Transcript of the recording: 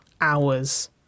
hours